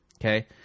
Okay